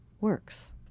works